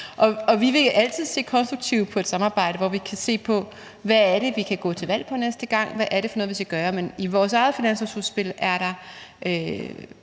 Vi vil altid se konstruktivt på et samarbejde, hvor vi kan se, hvad det er, vi kan gå til valg på næste gang, hvad det er for noget, vi skal gøre. Men i vores eget finanslovsudspil er der